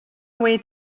away